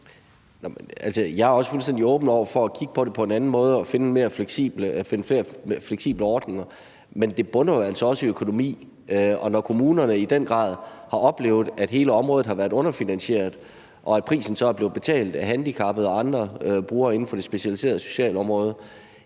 Jeg er også fuldstændig åben over for at kigge på det på en anden måde og finde flere fleksible ordninger, men det bunder jo altså også i økonomi. Og når kommunerne i den grad har oplevet, at hele området har været underfinansieret, og at prisen så er blevet betalt af handicappede og andre brugere inden for det specialiserede socialområde,